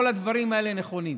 כל הדברים האלה נכונים.